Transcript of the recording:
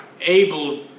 able